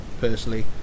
personally